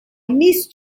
missed